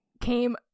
came